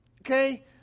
okay